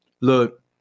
look